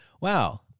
wow